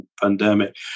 pandemic